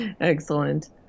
Excellent